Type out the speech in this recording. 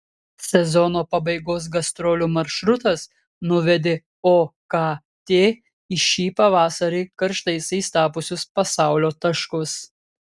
sezono pabaigos gastrolių maršrutas nuvedė okt į šį pavasarį karštaisiais tapusius pasaulio taškus